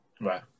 Right